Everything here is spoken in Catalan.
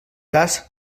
cas